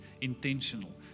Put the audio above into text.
intentional